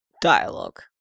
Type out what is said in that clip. dialogue